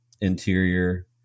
interior